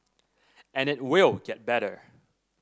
and it will get better